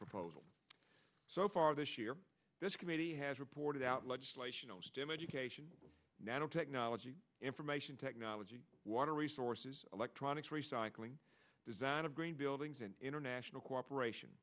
proposal so far this year this committee has reported out legislation to medication nanotechnology information technology water resources electronics recycling design of green buildings and international cooperation